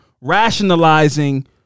rationalizing